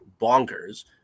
bonkers